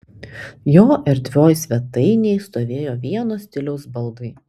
jo erdvioj svetainėj stovėjo vienos stiliaus baldai